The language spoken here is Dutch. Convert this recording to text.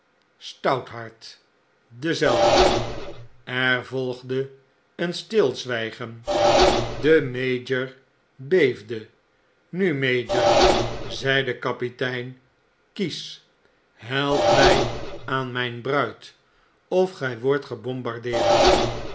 stouthart dezelfde er volgde een stilzwygen de mayor beefde nu mayor zei de kapitein kies help mg aan mfln bruid of gij wordt